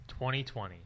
2020